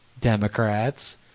Democrats